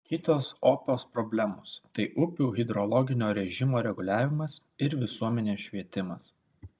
kitos opios problemos tai upių hidrologinio režimo reguliavimas ir visuomenės švietimas